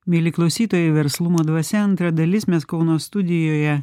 mieli klausytojai verslumo dvasia antra dalis mes kauno studijoje